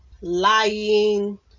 lying